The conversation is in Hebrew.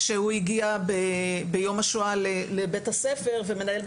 שהוא הגיע ביום השואה לבית הספר ומנהלת